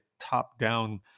top-down